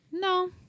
no